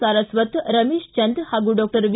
ಸಾರಸ್ವತ್ ರಮೇಶ ಚಂದ್ ಹಾಗೂ doctor V